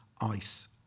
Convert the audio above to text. Ice